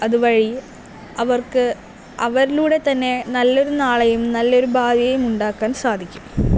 അതുവഴി അവർക്ക് അവരിലൂടെ തന്നെ നല്ലൊരു നാളെയും നല്ലൊരു ഭാവിയും ഉണ്ടാക്കാൻ സാധിക്കും